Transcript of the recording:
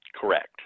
Correct